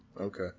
Okay